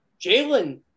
Jalen